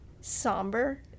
somber